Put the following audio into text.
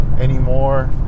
anymore